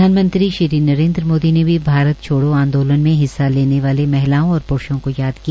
प्रधानमंत्री श्री नरेन्द्र मोदी ने भी भारत छोड़ो आंदोलन में हिस्सा लेने वाली महिलाओं और प्रूषों को याद किया